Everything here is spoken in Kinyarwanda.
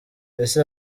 ese